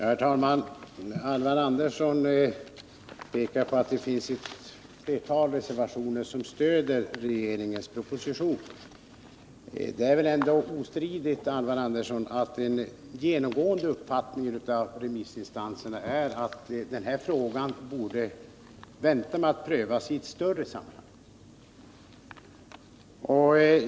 Herr talman! Alvar Andersson pekar på att det finns ett flertal remissyttranden som stöder regeringens proposition. Det är väl ändå ostridigt, Alvar Andersson, att den genomgående uppfattningen hos remissinstanserna är att prövningen av denna fråga borde anstå tills den kan ske i ett större sammanhang.